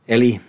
Eli